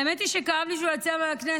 האמת היא שכאב לי שהוא יצא מהכנסת.